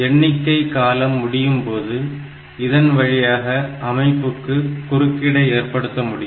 எண்ணிக்கை காலம் முடியும்போது இதன் வழியாக அமைப்புக்கு குறுக்கீடை ஏற்படுத்த முடியும்